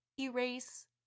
Erase